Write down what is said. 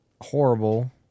horrible